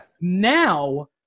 Now